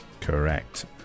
Correct